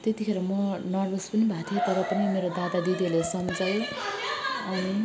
त्यतिखेर म नर्भस पनि भएको थिएँ तर मेरो दादा दिदीहरूले सम्झाए अनि